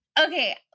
Okay